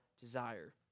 desire